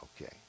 Okay